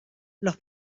los